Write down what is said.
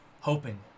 Hoping